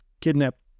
kidnapped